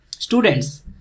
Students